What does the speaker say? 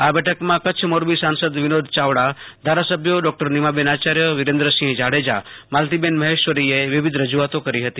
આ બેઠકમાં કચ્છ મોરબી સાંસદ વીનોદ ચાવડા ધારાસભ્ય ડોકટર નિમાબેન આચાર્ય વિરેન્દ્રસિંહ જાડેજા માલતીબેન માહેશ્વરીએ વિવિધ રજૂઆતો કરી હતી